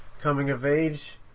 coming-of-age